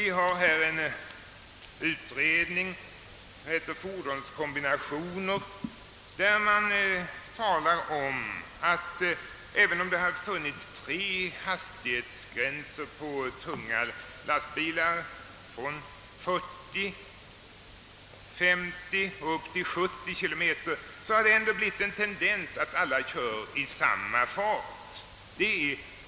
Jag har här en utredning som heter Fordonskombinationer, där det omtalas att trots att det har funnits tre hastighets har tendensen varit att alla kört i samma fart.